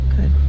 Good